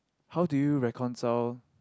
how do you reconcile